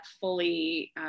fully